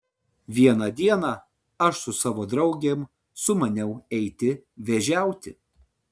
vieną dieną aš su savo draugėm sumaniau eiti vėžiauti